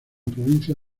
provincia